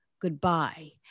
Goodbye